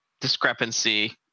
discrepancy